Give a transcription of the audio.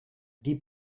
die